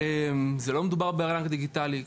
ולא מדובר בארנק דיגיטלי.